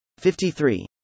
53